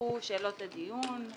ופתחו שאלות לדיון,